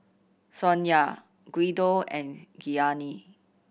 Sonya Guido and Gianni